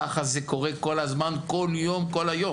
ככה זה קורה כל הזמן, כל יום, כל היום.